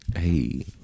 Hey